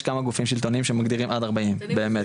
כמה גופים שלטוניים שמגדירים עד 40 באמת.